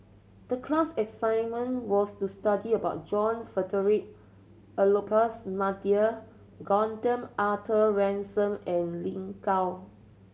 the class assignment was to study about John Frederick Gordon Arthur Ransome and Lin Gao